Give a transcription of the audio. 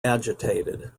agitated